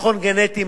מכון גנטי,